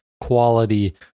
quality